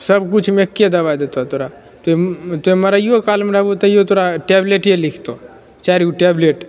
सब किछुमे एके दबाइ देतो तोरा तोँ तो मरैयो कालमे रहबो तैयो तोरा टेबलेटे लिखतो चारिगो टेबलेट